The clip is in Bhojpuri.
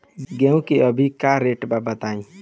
गेहूं के अभी का रेट बा बताई?